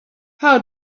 how